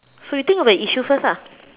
so you think about the issue first ah